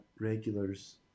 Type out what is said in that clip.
regulars